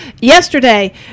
yesterday